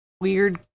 weird